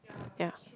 ya